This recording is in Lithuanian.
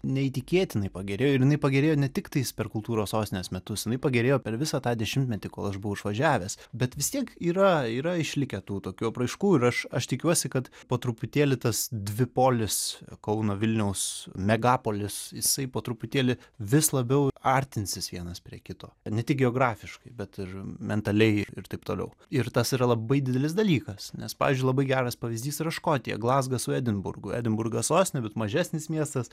neįtikėtinai pagerėjo ir jinai pagerėjo netiktais per kultūros sostinės metus jinai pagerėjo per visą tą dešimtmetį kol aš buvau išvažiavęs bet vis tiek yra yra išlikę tų tokių apraiškų ir aš aš tikiuosi kad po truputėlį tas dvipolis kauno vilniaus megapolis jisai po truputėlį vis labiau artinsis vienas prie kito ne tik geografiškai bet ir mentaliai ir taip toliau ir tas yra labai didelis dalykas nes pavyzdžiui labai geras pavyzdys yra škotija glazgas su edinburgu edinburgas sostinė bet mažesnis miestas